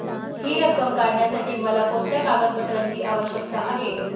हि रक्कम काढण्यासाठी मला कोणत्या कागदपत्रांची आवश्यकता आहे?